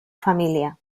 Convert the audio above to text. familia